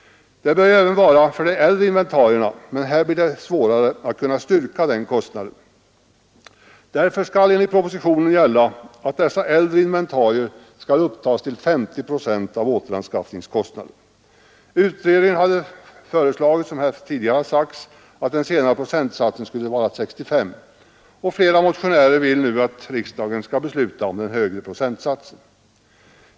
Det bör det ju vara även för äldre inventarier, men här blir det svårare att kunna styrka den kostnaden. Därför skall enligt propositionen gälla att dessa äldre inventarier skall upptagas till 50 procent av återanskaffningskostnaden. Utredningen hade föreslagit, som här tidigare har sagts, att den senare procentsatsen skulle vara 65, och flera motionärer vill nu att riksdagen skall besluta om den högre procentsatsen.